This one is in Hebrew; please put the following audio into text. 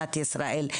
במדינת ישראל,